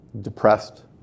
depressed